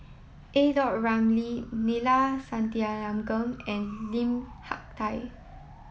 either a Ramli Neila Sathyalingam and Lim Hak Tai